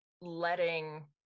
letting